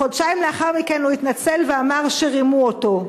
חודשיים לאחר מכן, הוא התנצל ואמר שרימו אותו.